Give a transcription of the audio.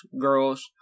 girls